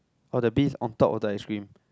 oh the bees on top of the ice cream